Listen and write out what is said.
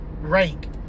rank